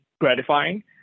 gratifying